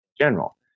general